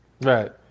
Right